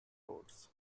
roads